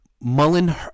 Mullen